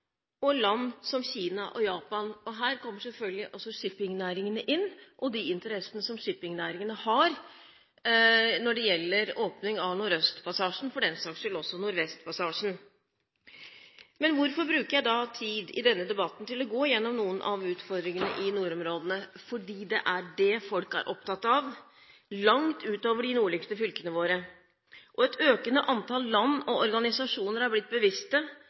europeiske land og land som Kina og Japan. Her kommer selvfølgelig også shippingnæringene inn og den interessen shippingnæringene har når det gjelder åpning av nordøstpassasjen – og for den saks skyld også nordvestpassasjen. Men hvorfor bruker jeg tid i denne debatten til å gå gjennom noen av utfordringene i nordområdene? Fordi det er det folk er opptatt av, langt utover de nordligste fylkene våre. Et økende antall land og organisasjoner er blitt bevisste,